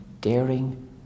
daring